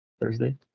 Thursday